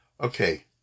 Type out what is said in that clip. Okay